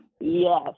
Yes